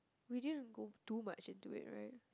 we didn't go do much into it right